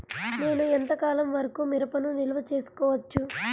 నేను ఎంత కాలం వరకు మిరపను నిల్వ చేసుకోవచ్చు?